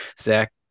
Zach